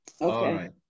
Okay